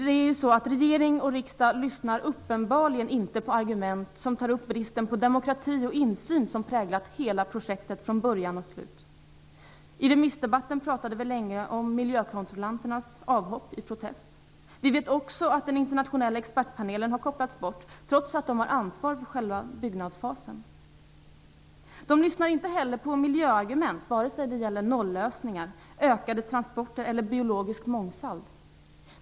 Det är ju så att regering och riksdag uppenbarligen inte lyssnar på argument som tar upp bristen på demokrati och insyn, som präglat hela projektet från början till slut. I remissdebatten pratade vi länge om miljökontrollanternas avhopp i protest. Vi vet också att den internationella expertpanelen har kopplats bort, trots att den har ansvar för själva byggnadsfasen. De lyssnar inte heller på miljöargument, vare sig det gäller nollösningar, ökade transporter eller biologisk mångfald.